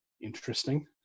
interesting